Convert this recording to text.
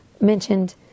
mentioned